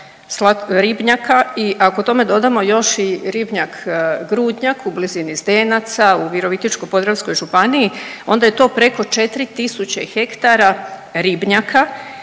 i ako tome dodamo još i ribnjak Grudnjak u blizini Zdenaca u Virovitičko-podravskoj županiji onda je to preko 4.000 hektara ribnjaka